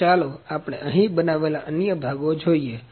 તો ચાલો આપણે અહીં બનાવેલા અન્ય ભાગો જોઈએ